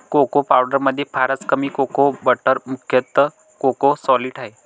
cocoa पावडरमध्ये फारच कमी कोको बटर मुख्यतः कोको सॉलिड आहे